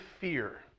fear